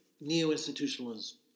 neo-institutionalism